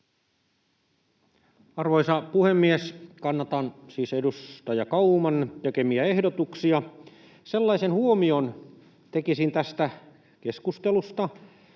Arvoisa puhemies! Kannatan siis edustaja Kauman tekemiä ehdotuksia. Sellaisen huomion tekisin tästä keskustelusta,